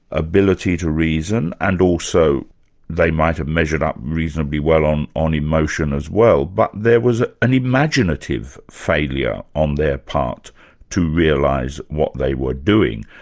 ability to reason and also they might have measured up reasonably well on on emotion as well. but there was an imaginative failure on their part to realise what they were doing,